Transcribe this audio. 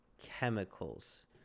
chemicals